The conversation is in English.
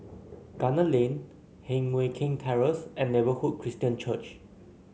Gunner Lane Heng Mui Keng Terrace and Neighbourhood Christian Church